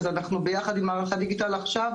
אז אנחנו ביחד עם מערך הדיגיטל עכשיו